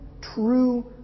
True